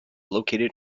located